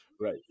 Right